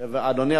אדוני,